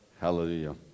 Hallelujah